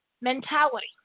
mentality